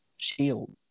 shield